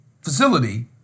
facility